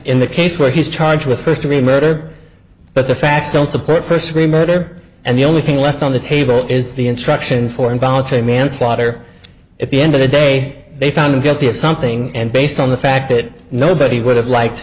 in the case where he's charged with first degree murder but the facts don't support first degree murder and the only thing left on the table is the instruction for involuntary manslaughter at the end of the day they found him guilty of something and based on the fact that nobody would have liked